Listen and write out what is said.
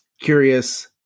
curious